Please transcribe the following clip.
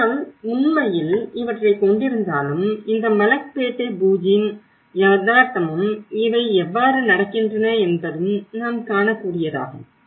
ஆனால் உண்மையில் இவற்றைக் கொண்டிருந்தாலும் இந்த மலக்பேட்டை பூஜின் யதார்த்தமும் இவை எவ்வாறு நடக்கின்றன என்பதும் நாம் காணக்கூடியதாகும்